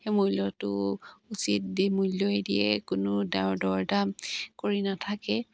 সেই মূল্যটো উচিত দি মূল্যই দিয়ে কোনো দৰ দৰ দাম কৰি নাথাকে